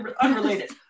unrelated